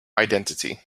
identity